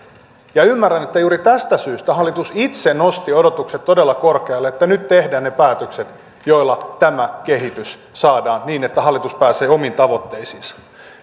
ymmärrän että juuri tästä syystä hallitus itse nosti odotukset todella korkealle että nyt tehdään ne päätökset joilla tämä kehitys saadaan niin että hallitus pääsee omiin tavoitteisiinsa